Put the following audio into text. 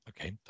Okay